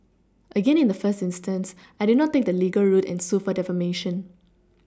again in the first instance I did not take the legal route and sue for defamation